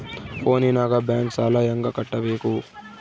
ಫೋನಿನಾಗ ಬ್ಯಾಂಕ್ ಸಾಲ ಹೆಂಗ ಕಟ್ಟಬೇಕು?